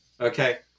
okay